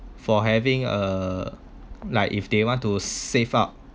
for having uh like if they want to save up